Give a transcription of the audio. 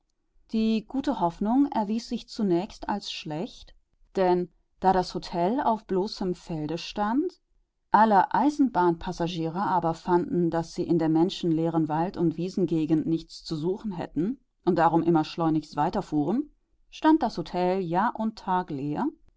die gute hoffnung erwies sich zunächst als schlecht denn da das hotel auf bloßem felde stand alle eisenbahnpassagiere aber fanden daß sie in der menschenleeren wald und wiesengegend nichts zu suchen hätten und darum immer schleunigst weiterfuhren stand das hotel jahr und tag leer